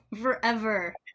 forever